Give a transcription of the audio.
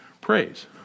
praise